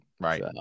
right